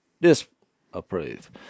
disapprove